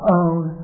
own